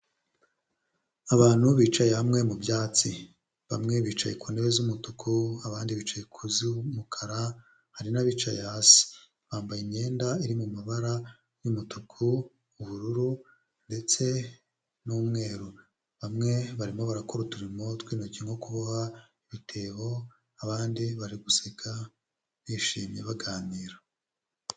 Abantu bicaye hamwe mu byatsi bamwe bicaye ku ntebe z'umutuku abandi bicaye ku z'umukara hari abicaye hasi bambaye imyenda iri mu mabara y'umutuku, ubururu ndetse n'umweru bamwe barimo bakora uturimo tw'intoki nko kuboha ibitebo abandi bari guseka bishimye baganira.